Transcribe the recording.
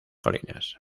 colinas